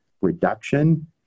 reduction